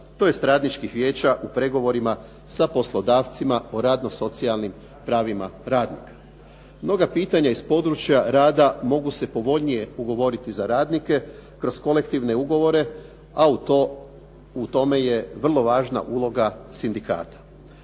tj. radničkih vijeća u pregovorima sa poslodavcima o radno-socijalnim pravima radnika. Mnoga pitanja iz područja rada mogu se povoljnije ugovoriti za radnike kroz kolektivne ugovore a u tome je vrlo važna uloga sindikata.